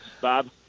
Bob